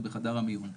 או בחדר המיון.